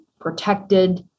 protected